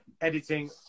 editing